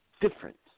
different